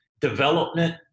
development